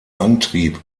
antrieb